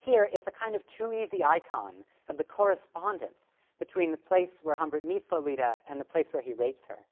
here it's a kind of too-easy icon of the correspondence between the place where humbert meets lolita and the place where he rapes her.